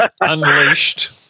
Unleashed